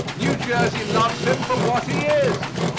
new jersey loves him for what he is.